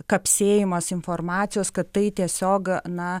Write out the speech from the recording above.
kapsėjimas informacijos kad tai tiesiog na